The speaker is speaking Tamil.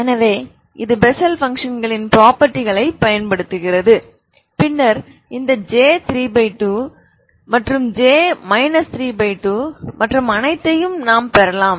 எனவே இது பெசல் பங்க்ஷன்களின் ப்ரொபர்ட்டிகளைப் பயன்படுத்துகிறது பின்னர் இந்த J32 J 32 மற்றும் அனைத்தையும் நாம் பெறலாம்